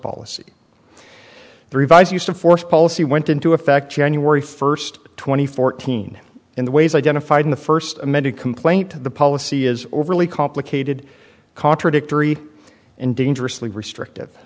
policy the revised use of force policy went into effect january first twenty four teen in the ways identified in the first amended complaint the policy is overly complicated contradictory and dangerously restrictive